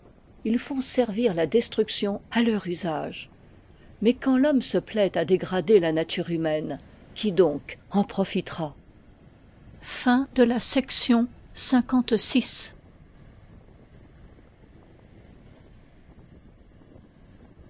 ils font servir la destruction à leur usage mais quand l'homme se plaît à dégrader la nature humaine qui donc en profitera